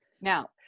Now